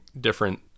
different